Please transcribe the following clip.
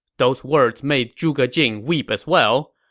those words made zhuge jing weep as well,